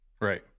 Right